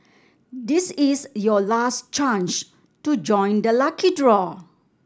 this is your last chance to join the lucky draw